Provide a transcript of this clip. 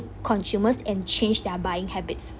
consumers and change their buying habits